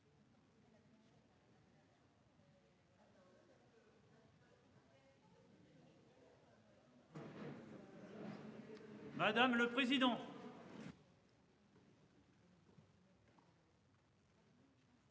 madame la présidente